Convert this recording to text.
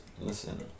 Listen